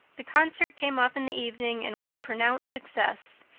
the concert came off in the evening and was a pronounced success.